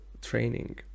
training